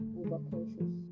overconscious